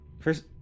First